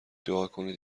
دعاکنید